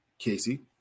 Casey